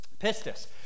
pistis